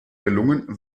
gelungen